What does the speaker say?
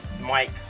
Mike